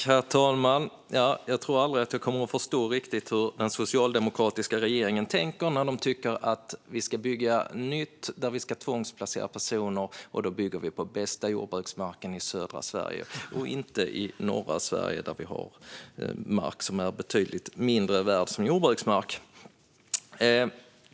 Herr talman! Jag tror att jag aldrig riktigt kommer att förstå hur den socialdemokratiska regeringen tänker när de tycker att vi ska bygga nytt, där vi ska tvångsplacera personer, och då bygga på den bästa jordbruksmarken i södra Sverige och inte i norra Sverige där det finns mark som är betydligt mindre värd som jordbruksmark.